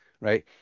right